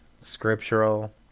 scriptural